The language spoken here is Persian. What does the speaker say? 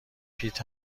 پیت